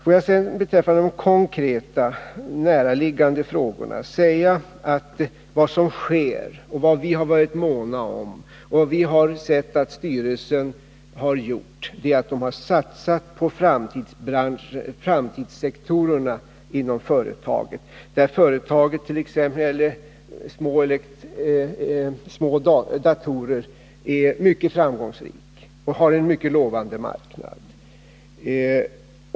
Får jag sedan beträffande de konkreta, näraliggande frågorna säga att vad som sker och vad vi har varit måna om och vad vi har sett att styrelsen har gjort är att satsa på framtidssektorerna inom företaget. T. ex. när det gäller små datorer är företaget mycket framgångsrikt och har en mycket lovande marknad.